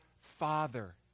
father